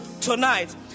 tonight